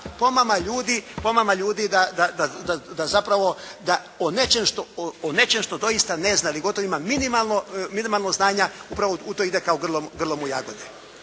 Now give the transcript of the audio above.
pomama ljudi da zapravo, da o nečem što doista ne zna ili gotovo ima minimalno znanja, upravo u to ide kao grlom u jagode.